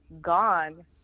gone